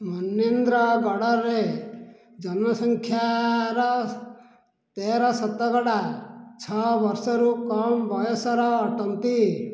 ମନେନ୍ଦ୍ରଗଡ଼ରେ ଜନସଂଖ୍ୟାର ତେର ଶତକଡ଼ା ଛଅ ବର୍ଷରୁ କମ୍ ବୟସର ଅଟନ୍ତି